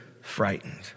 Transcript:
frightened